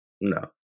No